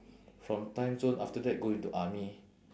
from timezone after that go into army